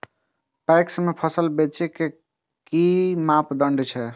PACS में फसल बेचे के कि मापदंड छै?